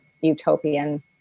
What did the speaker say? utopian